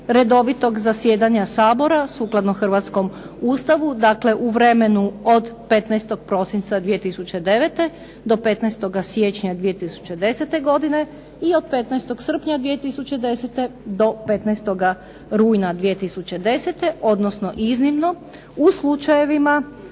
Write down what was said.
redovitog zasjedanja Sabora, sukladno hrvatskom Ustavu, dakle u vremenu od 15. prosinca 2009. do 15. siječnja 2010. godine i od 15. srpnja 2010. do 15. rujna 2010., odnosno iznimno u slučajevima